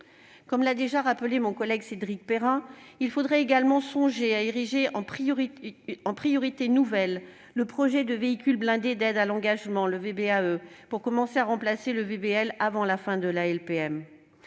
Comme l'a dit mon collègue Cédric Perrin, il faudrait aussi songer à ériger en priorité nouvelle le projet de véhicule blindé d'aide à l'engagement, ou VBAE, pour commencer à remplacer le VBL avant la fin de la LPM.